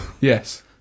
Yes